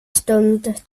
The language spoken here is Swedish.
stund